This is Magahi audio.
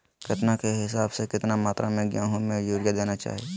केतना के हिसाब से, कितना मात्रा में गेहूं में यूरिया देना चाही?